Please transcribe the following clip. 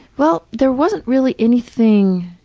well, there wasn't really anything